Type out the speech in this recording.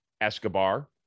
Escobar